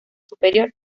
superior